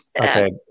Okay